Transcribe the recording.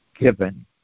given